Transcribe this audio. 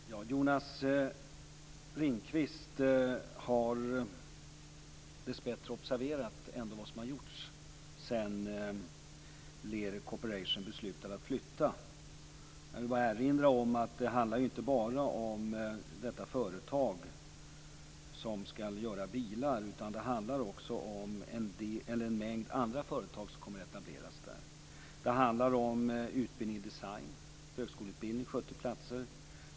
Herr talman! Jonas Ringqvist har dessbättre observerat vad som ändå har gjorts sedan Lear Corporation beslutade att flytta. Jag vill bara erinra om att det inte bara handlar om detta företag som skall göra bilar. Det handlar också om en mängd andra företag som kommer att etableras där. Det handlar om utbildning i design, en högskoleutbildning med 70 platser.